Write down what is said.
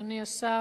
אדוני השר,